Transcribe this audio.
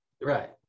Right